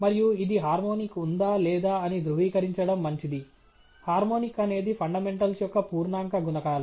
మరియు ఇది హార్మోనిక్ ఉందా లేదా అని ధృవీకరించడం మంచిది హార్మోనిక్స్ అనేది ఫండమెంటల్స్ యొక్క పూర్ణాంక గుణకాలు